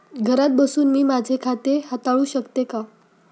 घरात बसून मी माझे खाते हाताळू शकते का?